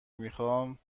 میخام